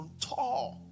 talk